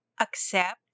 accept